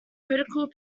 critical